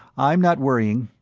i'm not worrying,